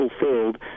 fulfilled